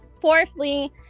Fourthly